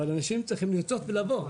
אבל אנשים צריכים לרצות לבוא.